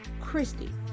Christy